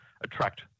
attract